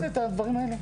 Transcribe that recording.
את ידעת את הדברים האלה?